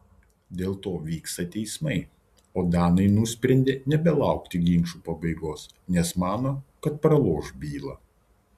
dėl to vyksta teismai o danai nusprendė nebelaukti ginčų pabaigos nes mano kad praloš bylą